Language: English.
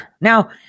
Now